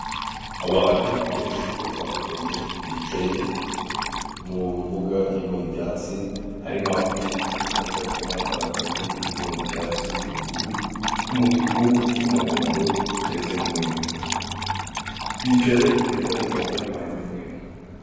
Ndabona umugore usa nkaho arikwerekana agatabo ke gasa nkaho ari akubwishingizi bugendeye kubuzima, kandi uwo mugore ari kukereka undi wicaye wambaye akanu ku umutuku.